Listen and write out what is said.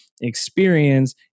experience